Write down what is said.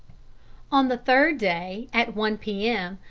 on the third day, at one p m,